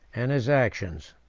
and his actions.